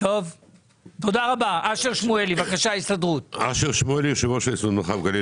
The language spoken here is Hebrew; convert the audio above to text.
אשר שמואלי, הסתדרות, בקשה.